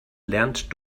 lernt